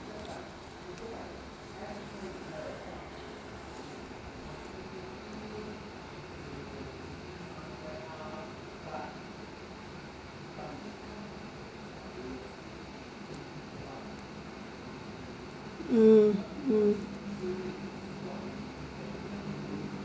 mm mm